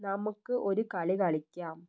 നമുക്ക് ഒരു കളി കളിക്കാം